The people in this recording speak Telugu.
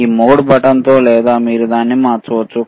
ఈ మోడ్ బటన్తో లేదా మీరు దాన్ని మార్చవచ్చు